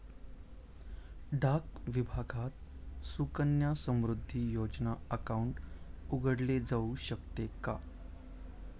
डाक विभागात सुकन्या समृद्धी योजना अकाउंट उघडले जाऊ शकते का?